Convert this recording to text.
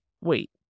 wait